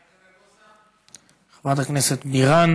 אדוני.